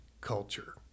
culture